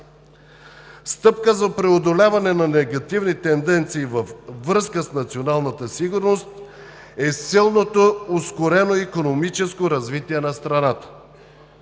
Стъпка за преодоляване на негативни тенденции във връзка с националната сигурност е силното, ускорено икономическо развитие на страната